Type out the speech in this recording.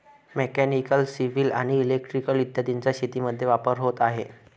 mechanical, civil आणि electrical इत्यादींचा शेतीमध्ये वापर होत आहे